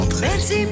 Merci